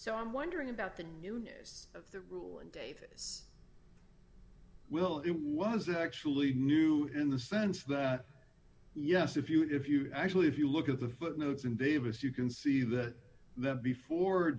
so i'm wondering about the new news of the rule and davis well it was actually new in the sense that yes if you if you actually if you look at the footnotes in davis you can see that that befor